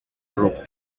rope